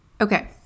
Okay